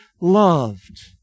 loved